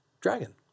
dragon